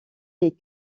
les